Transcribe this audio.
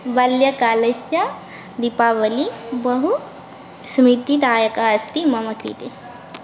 बाल्यकालस्य दीपावलिः बहु स्मृतिदायिका अस्ति ममकृते